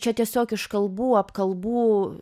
čia tiesiog iš kalbų apkalbų